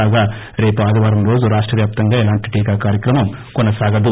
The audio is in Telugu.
కాగా రేపు ఆదివారం రోజు రాష్ట వ్యాప్తంగా ఎలాంటి టీకా కార్యక్రమం వుండదు